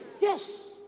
Yes